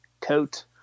coat